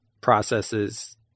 processes